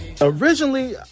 Originally